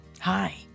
Hi